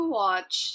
watch